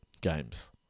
games